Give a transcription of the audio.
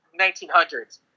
1900s